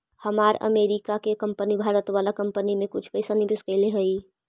हमार अमरीका के कंपनी भारत वाला कंपनी में कुछ पइसा निवेश कैले हइ